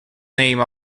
name